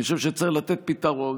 אני חושב שצריך לתת פתרון.